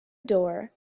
door